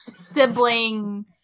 sibling